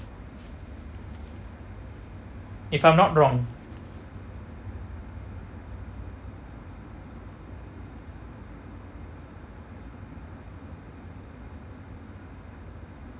if I'm not wrong